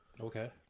Okay